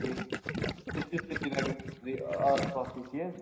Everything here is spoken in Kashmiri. ٹھیٖک سُہ تہِ سُہ تہِ ہٮ۪ککھ آس پاسٕے تی حظ